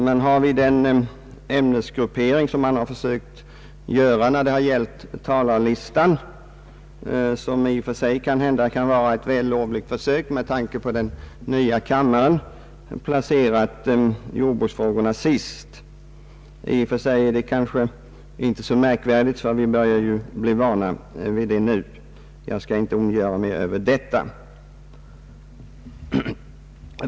Man har vid den ämnesgruppering som man försökt göra när det gällt talarlistan, i och för sig ett vällovligt försök kanhända med tanke på den nya kammaren, placerat jordbruksfrågorna sist. I och för sig är det kanske inte så märkvärdigt — vi börjar ju bli vana vid det nu. Jag skall inte ondgöra mig över detta.